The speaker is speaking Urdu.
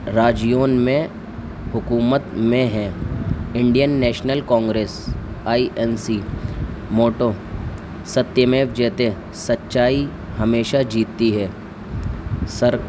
راجیوں میں حکومت میں ہے Indian National Congress I N C motto ستیہ میو جیتے سچائی ہمیشہ جیتتی ہے سر